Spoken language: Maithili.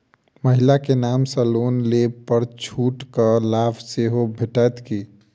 महिला केँ नाम सँ लोन लेबऽ पर छुटक लाभ सेहो भेटत की?